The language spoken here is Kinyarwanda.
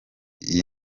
iyi